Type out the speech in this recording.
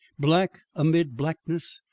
black amid blackness,